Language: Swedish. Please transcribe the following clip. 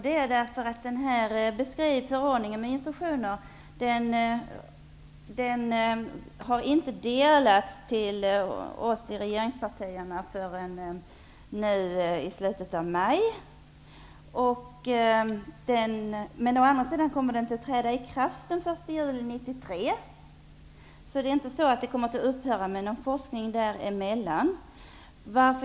Det var därför att den här förordningen med instruktioner inte delades ut till oss i regeringspartierna förrän i slutet av maj. Men å andra sidan kommer den att träda i kraft den 1 juli 1993. Forskningen kommer inte att upphöra där emellan.